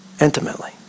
intimately